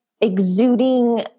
exuding